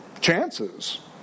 chances